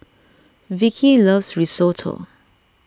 Vickey loves Risotto